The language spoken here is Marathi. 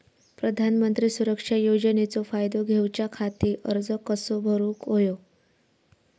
प्रधानमंत्री सुरक्षा योजनेचो फायदो घेऊच्या खाती अर्ज कसो भरुक होयो?